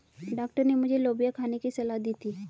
doctor ने मुझे लोबिया खाने की सलाह दी थी